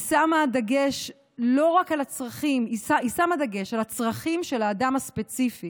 היא שמה דגש על הצרכים של האדם הספציפי